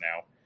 now